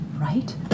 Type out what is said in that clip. Right